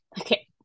Okay